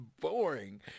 boring